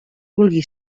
vulga